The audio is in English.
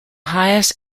highest